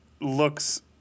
looks